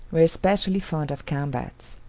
were specially fond of combats.